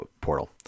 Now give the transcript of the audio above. portal